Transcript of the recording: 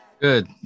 Good